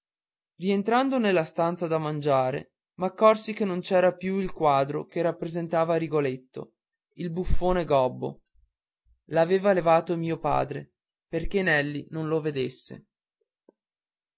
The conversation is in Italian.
rientrando nella stanza da mangiare m'accorsi che non c'era più il quadro che rappresenta rigoletto il buffone gobbo l'aveva levato mio padre perché nelli non lo vedesse